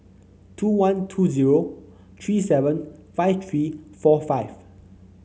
two one two zero three seven five three four five